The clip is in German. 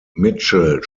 mitchell